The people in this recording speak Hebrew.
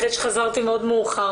אחרי שחזרתי מאוד מאוחר